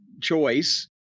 choice